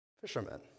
Fishermen